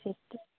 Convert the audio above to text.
ঠিক